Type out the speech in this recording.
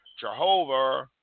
Jehovah